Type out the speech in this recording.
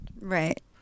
Right